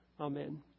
Amen